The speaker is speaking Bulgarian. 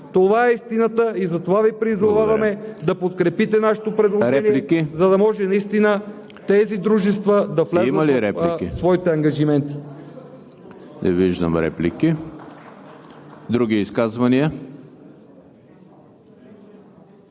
Това е истината и затова Ви призоваваме да подкрепите нашето предложение, за да може наистина тези дружества да влязат в своите ангажименти.